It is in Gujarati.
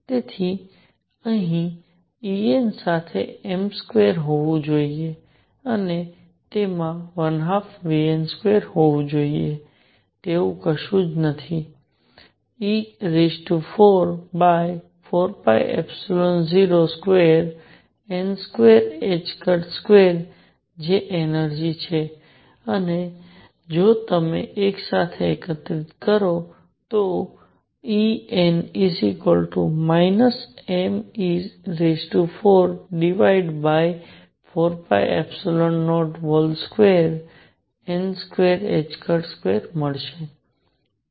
તેથી અહીં En સાથે m2 હોવું જોઈએ અને તેમાં 12vn2 હોવું જોઈએ તેવું કશું જ નથી e44π02n22 જે એનર્જિ છે અને જો તમે એકસાથે એકત્રિત કરો તો En me44π02n22 મળશે